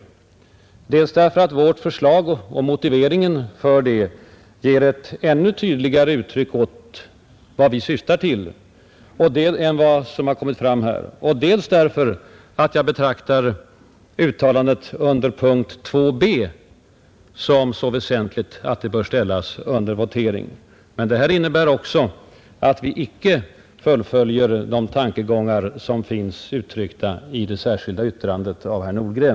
Jag kommer att göra det dels därför att vårt förslag och motiveringen för det ger ett ännu tydligare uttryck åt vad vi syftar till än vad som nu kommit fram och dels därför att jag betraktar uttalandet i reservationen 4 vid B i utskottets hemställan som så väsentligt att det bör ställas under votering. Men detta innebär också att vi icke fullföljer de tankegångar som finns uttryckta i det särskilda yttrandet av herr Nordgren.